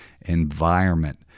environment